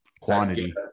quantity